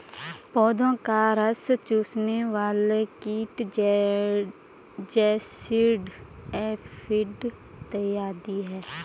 पौधों का रस चूसने वाले कीट जैसिड, एफिड इत्यादि हैं